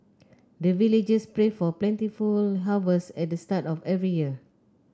the villagers pray for plentiful harvest at the start of every year